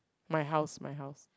my house my house